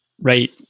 right